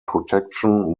protection